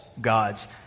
gods